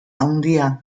handia